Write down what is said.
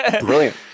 Brilliant